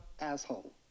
asshole